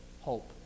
hope